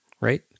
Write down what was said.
right